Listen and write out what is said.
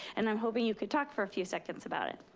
and i'm hoping you can talk for a few seconds about it.